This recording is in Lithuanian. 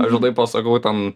aš pasakau ten